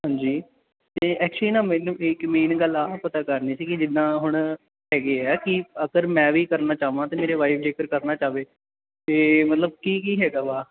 ਹਾਂਜੀ ਅਤੇ ਐਕਚੁਲੀ ਨਾ ਮੈਨੂੰ ਇੱਕ ਮੇਨ ਗੱਲ ਆਹ ਪਤਾ ਕਰਨੀ ਸੀਗੀ ਜਿੱਦਾਂ ਹੁਣ ਹੈਗੇ ਆ ਕਿ ਅਗਰ ਮੈਂ ਵੀ ਕਰਨਾ ਚਾਹਵਾਂ ਅਤੇ ਮੇਰੇ ਵਾਈਫ ਜੇਕਰ ਕਰਨਾ ਚਾਹਵੇ ਤਾਂ ਮਤਲਬ ਕੀ ਕੀ ਹੈਗਾ ਵਾ